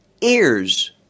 ears